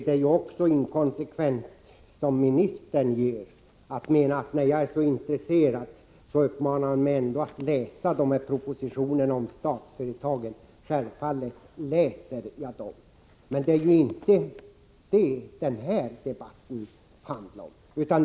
Det är ju också inkonsekvent att göra som ministern, nämligen att — när jag är så intresserad — uppmana mig att läsa propositionerna om statsföretagen. Självfallet läser jag dem. Men det är inte det den här debatten handlar om.